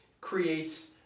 creates